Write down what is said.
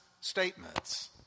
statements